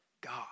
God